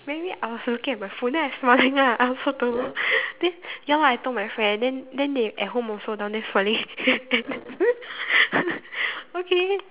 maybe I was looking at my phone then I smiling ah I also told her then ya I told my friend then then they at home also down there smiling okay